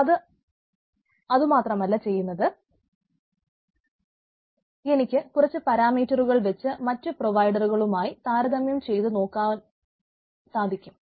ഇത് അതുമാത്രമല്ല ചെയ്യുന്നത് എനിക്ക് കുറച്ച് പരാമീറ്ററുകൾ വച്ച് മറ്റു പ്രൊവയിടറുകളുമായി താരതമ്യം ചെയ്തു നോക്കുവാനും സാധിക്കും